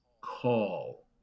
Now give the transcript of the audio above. call